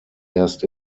erst